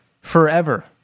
forever